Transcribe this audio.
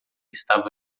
estava